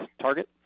target